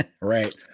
right